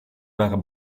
waren